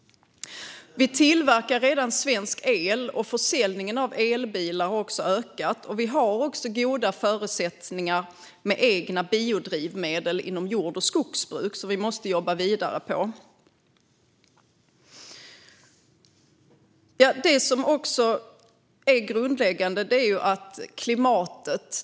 Vi tillverkar redan svensk el. Försäljningen av elbilar har också ökat, och vi har goda förutsättningar även för egna biodrivmedel inom jord och skogsbruk som vi måste jobba vidare på. Det grundläggande är klimatet.